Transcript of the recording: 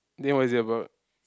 then what is it about